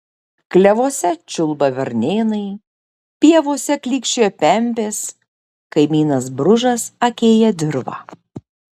klevuose čiulba varnėnai pievose klykčioja pempės kaimynas bružas akėja dirvą